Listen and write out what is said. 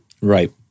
right